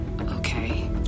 Okay